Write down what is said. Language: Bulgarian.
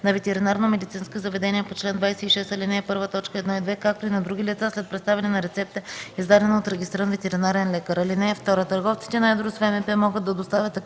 на ветеринарномедицински заведения по чл. 26, ал. 1, т. 1 и 2, както и на други лица, след представяне на рецепта, издадена от регистриран ветеринарен лекар. (2) Търговците на едро с ВМП могат да доставят активни